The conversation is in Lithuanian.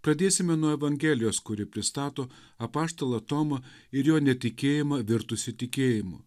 pradėsime nuo evangelijos kuri pristato apaštalą tomą ir jo netikėjimą virtusį tikėjimu